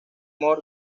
moore